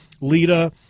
Lita